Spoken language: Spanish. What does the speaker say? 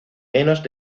menos